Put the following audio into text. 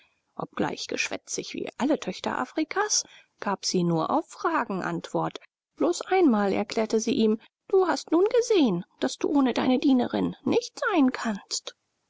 obgleich geschwätzig wie alle töchter afrikas gab sie nur auf fragen antwort bloß einmal erklärte sie ihm du hast nun gesehen daß du ohne deine dienerin nicht sein kannst